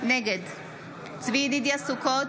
נגד צבי ידידיה סוכות,